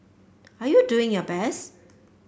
are you doing your best